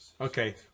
Okay